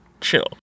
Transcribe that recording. chill